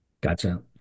Gotcha